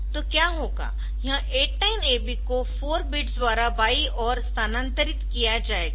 तो क्या होगा यह 89AB को 4 बिट्स द्वारा बाईं ओर स्थानांतरित किया जाएगा